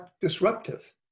disruptive